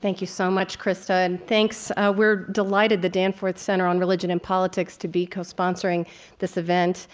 thank you so much, krista, and thanks. we're delighted the danforth center on religion and politics to be cosponsoring this event.